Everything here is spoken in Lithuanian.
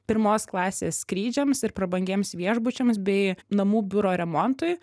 pirmos klasės skrydžiams ir prabangiems viešbučiams bei namų biuro remontui